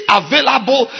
available